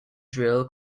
drill